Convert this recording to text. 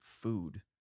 food